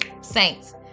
saints